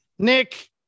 Nick